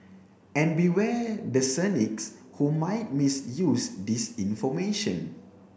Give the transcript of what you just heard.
and beware the cynics who might misuse this information